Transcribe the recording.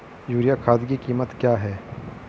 Urea खाद की कीमत क्या है?